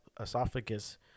esophagus